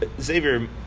Xavier –